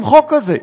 עם חוק כזה,